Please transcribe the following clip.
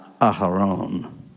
aharon